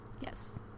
Yes